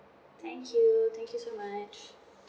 thank you thank you so much